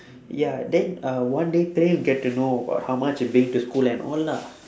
ya then uh one day praem get to know about how much he bring to school and all lah